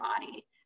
body